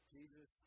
Jesus